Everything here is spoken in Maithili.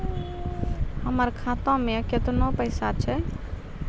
हमर खाता मैं केतना पैसा छह?